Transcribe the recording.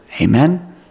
Amen